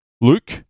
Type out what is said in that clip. Luke